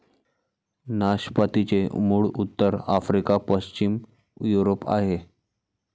नाशपातीचे मूळ उत्तर आफ्रिका, पश्चिम युरोप आहे